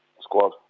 squad